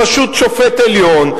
בראשות שופט עליון,